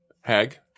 Hag